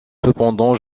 cependant